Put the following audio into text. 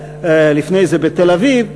לפני זה בתל-אביב,